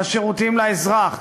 על שירותים לאזרח.